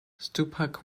stupak